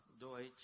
Deutsch